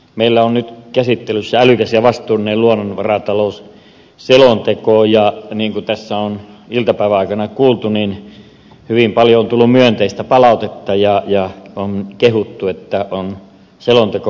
meillä on nyt käsittelyssä älykäs ja vastuullinen luonnonvaratalousselonteko ja niin kuin tässä on iltapäivän aikana kuultu niin hyvin paljon on tullut myönteistä palautetta ja on kehuttu että selonteko on onnistunut